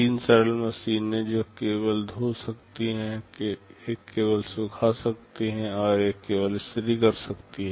तीन सरल मशीनें जो केवल धो सकती हैं एक केवल सूखा सकती है और एक केवल इस्त्री कर सकती है